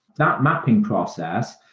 that mapping process,